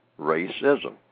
racism